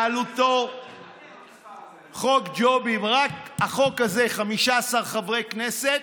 חוק ג'ובים, והעלות רק של החוק הזה: 15 חברי כנסת,